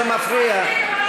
זה מפריע.